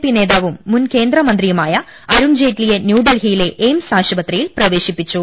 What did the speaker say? P നേതാവും മുൻ കേന്ദ്രമന്ത്രിയുമായ അരുൺ ജെയ്റ്റ്ലിയെ ന്യൂഡൽഹിയിലെ എയിംസ് ആശുപത്രിയിൽ പ്രവേശിപ്പിച്ചു